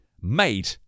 Made